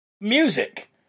music